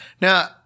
Now